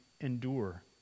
endure